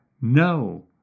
no